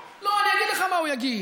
לא, אני אגיד לך מה הוא יגיד,